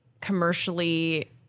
commercially